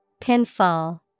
Pinfall